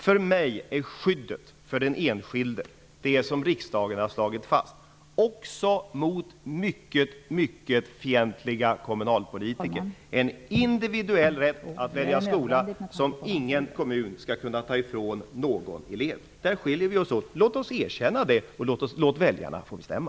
För mig är skyddet för den enskilde -- det som riksdagen har slagit fast -- också mot mycket mycket fientliga kommunalpolitiker viktigt. Ingen kommun skall kunna ta ifrån någon elev rätten att individuellt välja skola. Därvidlag skiljer sig våra uppfattningar. Låt oss erkänna det, och låt väljarna bestämma.